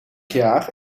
jaar